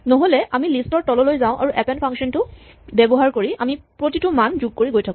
নহ'লে আমি লিষ্ট ৰ তললৈকে যাওঁ আৰু এপেন্ড ফাংচন ব্যৱহাৰ কৰি আমি প্ৰতিটো মান যোগ কৰি গৈ থাকো